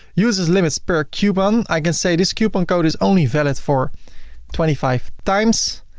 usage limits per coupon. i can say this coupon code is only valid for twenty five times.